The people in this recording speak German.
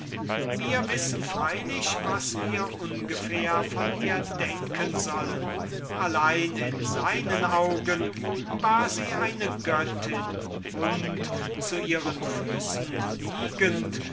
wir wissen freilich was wir ungefähr von ihr denken sollen allein in seinen augen war sie eine göttin und zu ihren füßen liegend